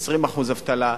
20% אבטלה,